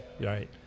Right